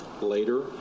later